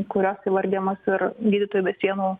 kurios įvardijamos ir gydytojai be sienų